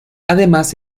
además